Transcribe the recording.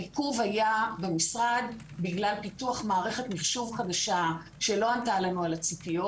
העיכוב היה במשרד בגלל פיתוח מערכת מחשוב חדשה שלא ענתה לנו על הציפיות.